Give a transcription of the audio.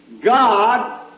God